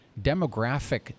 demographic